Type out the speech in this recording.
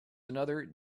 another